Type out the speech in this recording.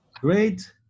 Great